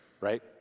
right